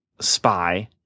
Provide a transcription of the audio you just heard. Spy